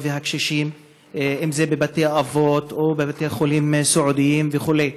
והקשישים בבתי-אבות או בבתי-חולים סיעודיים וכו'.